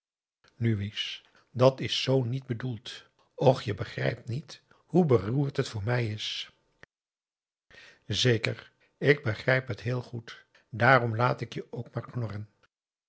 nu wies dat is z niet bedoeld och je begrijpt niet hoe beroerd het voor me is p a daum hoe hij raad van indië werd onder ps maurits zeker ik begrijp het heel goed daarom laat ik je ook maar